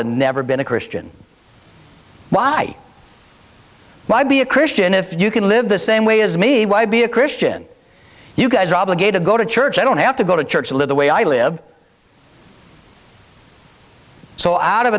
have never been a christian by my be a christian if you can live the same way as me why be a christian you guys are obligated go to church i don't have to go to church live the way i live so out of